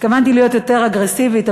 התכוונתי להיות יותר אגרסיבית,